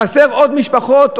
חסרים עוד משפחות,